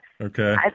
Okay